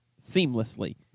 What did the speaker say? seamlessly